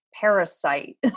parasite